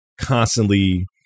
constantly